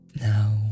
Now